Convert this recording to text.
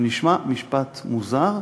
זה נשמע משפט מוזר,